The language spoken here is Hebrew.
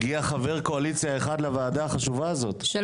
הגיע חבר קואליציה אחד לוועדה החשובה הזאת,